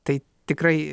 tai tikrai